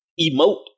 emote